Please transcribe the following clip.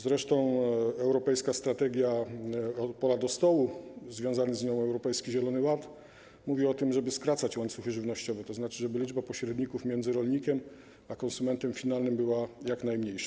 Zresztą europejska strategia „Od pola do stołu” i związany z nią Europejski Zielony Ład mówią o tym, żeby skracać łańcuchy żywnościowe, tzn. żeby liczba pośredników między rolnikiem a konsumentem finalnym była jak najmniejsza.